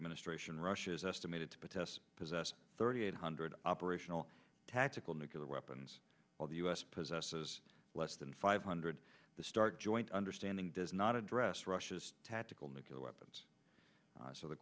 administration russia is estimated to test possess thirty eight hundred operational tactical nuclear weapons while the us possesses less than five hundred start joint understanding does not address russia's tactical nuclear weapons so the